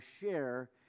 share